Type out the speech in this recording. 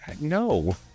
No